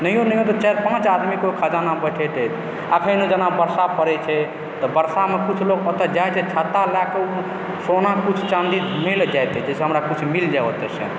नहियो नहियो तऽ चारि पाँच आदमीके ओ खजाना भेंटइत अछि अखन जेना वर्षा पड़ैत छै तऽ वर्षामें किछु लोग ओतय जाइत छै छाता लैकऽ सोना किछु चाँदी ओकरा मिल जाइत अछि जाहिसँ हमरा किछु मिल जाय ओतयसँ